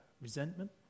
resentment